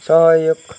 सहयोग